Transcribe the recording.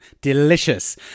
Delicious